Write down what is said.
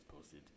posted